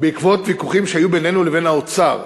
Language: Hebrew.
בעקבות ויכוחים שהיו בינינו ובין האוצר.